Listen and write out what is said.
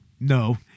No